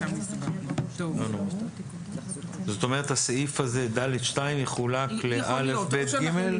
זאת אומרת הסעיף הזה (ד2) יחולק ל- א, ב, ג?